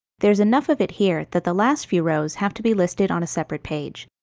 there's enough of it here that the last few rows have to be listed on a separate page.